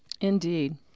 Indeed